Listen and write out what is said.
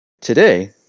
today